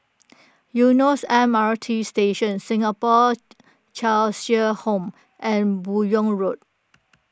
Eunos M R T Station Singapore Cheshire Home and Buyong Road